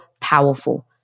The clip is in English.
powerful